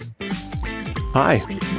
Hi